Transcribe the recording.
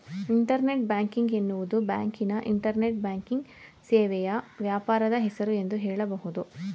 internet banking ಎನ್ನುವುದು ಬ್ಯಾಂಕಿನ internet banking ಸೇವೆಯ ವ್ಯಾಪಾರದ ಹೆಸರು ಎಂದು ಹೇಳಬಹುದು